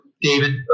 David